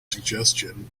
suggestion